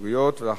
ולאחר מכן,